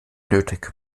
nötig